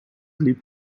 liep